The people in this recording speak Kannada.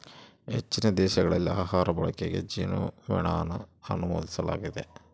ಹೆಚ್ಚಿನ ದೇಶಗಳಲ್ಲಿ ಆಹಾರ ಬಳಕೆಗೆ ಜೇನುಮೇಣನ ಅನುಮೋದಿಸಲಾಗಿದೆ